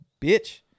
bitch